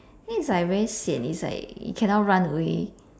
then is like very sian is like cannot run away